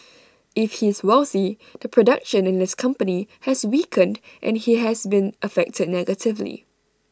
if he's wealthy the production in his company has weakened and he has been affected negatively